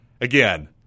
again